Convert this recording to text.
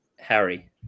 Harry